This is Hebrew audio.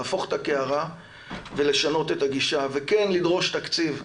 להפוך את הקערה ולשנות את הגישה וכן לדרוש תקציב,